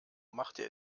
machte